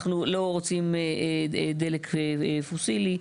אנחנו לא רוצים דלק פוסילי.